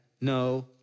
no